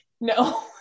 no